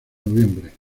noviembre